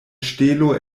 ŝtelo